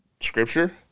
scripture